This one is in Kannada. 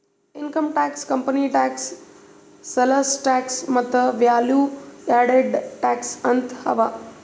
income tax, company tax, sales tax ಮತ್ತ ವ್ಯಾಲೂ ಯಾಡೆಡ್ ಟ್ಯಾಕ್ಸ್ ಅಂತ್ ಅವಾ